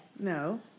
No